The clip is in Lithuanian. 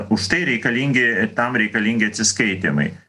užtai reikalingi tam reikalingi atsiskaitymai